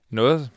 noget